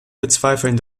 bezweifeln